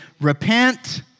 repent